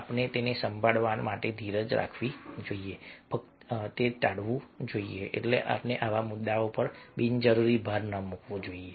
ઉપર તેથી આપણે સાંભળવા માટે ધીરજ રાખવી જોઈએ અને ફક્ત ટાળવું જોઈએ એટલે કે આપણે આ મુદ્દાઓ પર બિનજરૂરી ભાર ન મૂકવો જોઈએ